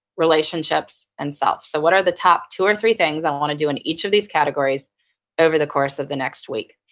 relationships and self. so what are the top two or three things i want to do in each of these categories over the course of the next week?